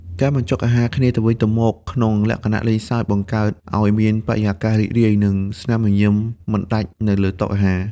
ការបញ្ចុកអាហារគ្នាទៅវិញទៅមកក្នុងលក្ខណៈលេងសើច បង្កើតឱ្យមានបរិយាកាសរីករាយ និងស្នាមញញឹមមិនដាច់នៅលើតុអាហារ។